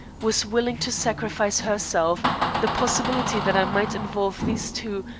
was willing to sacrifice herself the possibility that i might involve these two,